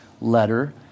letter